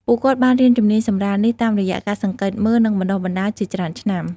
ពួកគាត់បានរៀនជំនាញសម្រាលនេះតាមរយៈការសង្កេតមើល និងបណ្តុះបណ្ដាលជាច្រើនឆ្នាំ។